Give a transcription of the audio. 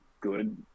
good